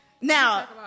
Now